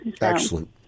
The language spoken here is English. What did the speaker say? excellent